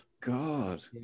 God